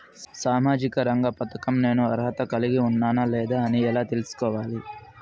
సామాజిక రంగ పథకం నేను అర్హత కలిగి ఉన్నానా లేదా అని ఎలా తెల్సుకోవాలి?